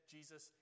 Jesus